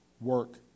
Work